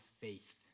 faith